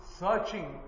searching